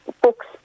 books